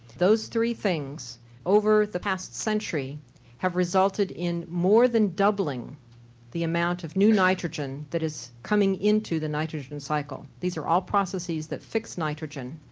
those three things over the past century have resulted in more than doubling the amount of new nitrogen that is coming into the nitrogen cycle. these are all processes that fix nitrogen.